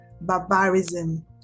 barbarism